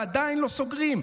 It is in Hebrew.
ועדיין לא סוגרים.